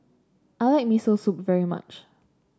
I like Miso Soup very much